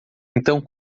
então